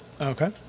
okay